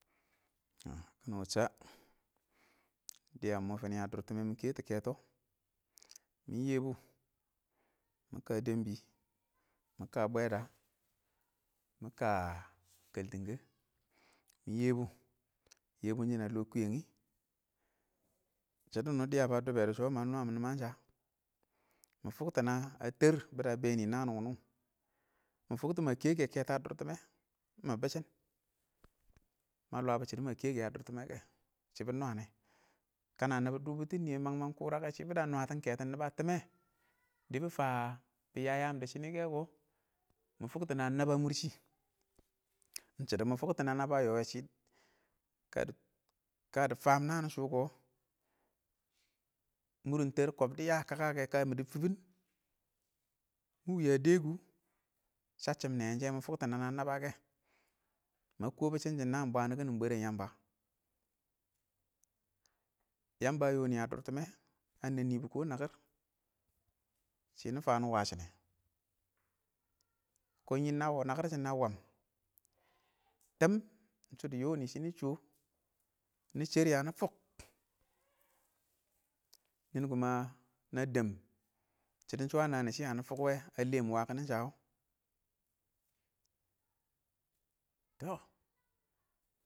kiɪnɪ wɪɪn sha dɪya ɪng mɔ fini a dʊr tɪmmɛ mɪn ketu keto mɪn yebo mɪ kə dambi mɪn kə bweda mɪn kə kəltɪngɛ mɪn yebu yɛbʊn sɪn ə lo kuyengi shɪdo winʊ nɛ dɪyə ba dubbe dɪ shɔ wɛ ma nwam niman sha mɪ fuktu na a tar bir a beni naan wunʊ nɪ fokto ma keke keto a dʊr tɪmmɛ ɪng mə bisshin ma lwabɔ shɪdʊ ma keke a dʊr timine kɛ shibi nwanne, kana nə dubutin nɪyɛ mang mang kʊra rə shibə da nwa tɪn ketɪn niba ə tɪmmɛ dɪ bɪ fan bɪ ya yaan dɪ shini nɛ kɪ kɔ, mɪ fʊkto na ɪng nah a mʊr shɪ in shidɔ mʊ fʊktʊ ɪng nə nə ba yɔye shɪ ɪng kə dɪ faam naan shʊ kɔ murɪn tar kom dɪyə a kaka kə, ka ɪng mʊ dɪ fibin mɪn wa dɛ kʊ shasshim nɛɛn shɪn nana mi fuktɔ a nabba kɛ ma kobu shinshin naan bwaan kiɪn bwrran yamba, yamba a yoni a durtimmɛ a nennibu kɔ nakɪr shɪ nɪ fani washine kʊn yɪn na waam nakɪr shɪn na wam tɪm, sho dɪ yoni shini sho nɪ shɛr ya nɪ fuk nɪn kʊmə na deb shiddan shɔ a nani shiyani fuk wɛ a lem wakinnin sha wo tɔ